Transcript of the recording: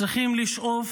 צריכים לשאוף